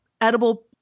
edible